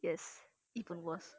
yes even worse